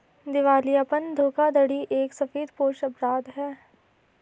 दिवालियापन धोखाधड़ी एक सफेदपोश अपराध है